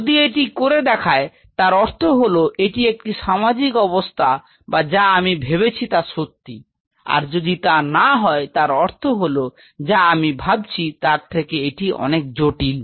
যদি এটি করে দেখায় তার অর্থ হল এটি একটি সামাজিক অবস্থা বা যা আমি ভেবেছি তা সত্যি আর যদি তা না হয় তার অর্থ হল যা আমি ভাবছি তার থেকে এটি অনেক জটিল